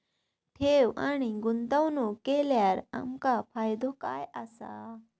ठेव आणि गुंतवणूक केल्यार आमका फायदो काय आसा?